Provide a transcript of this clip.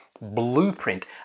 blueprint